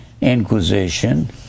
Inquisition